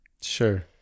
Sure